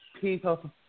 people